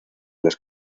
las